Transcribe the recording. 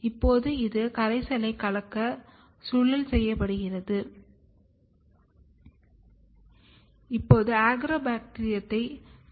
இப்போது இது கரைசலை கலக்க சுழல் செய்யப்படுகிறது